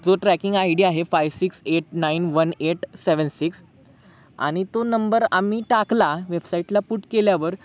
जो tracking I D आहे five six eight nine one eight seven six आणि तो नंबर आम्ही टाकला वेबसाईटला पुट केल्यावर